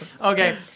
Okay